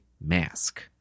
mask